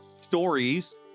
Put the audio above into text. Stories